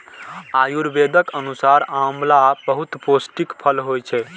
आयुर्वेदक अनुसार आंवला बहुत पौष्टिक फल होइ छै